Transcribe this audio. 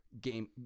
game